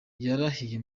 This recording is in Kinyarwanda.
yarahiriye